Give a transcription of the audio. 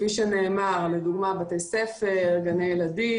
לדוגמה בתי ספר, גני ילדים.